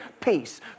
peace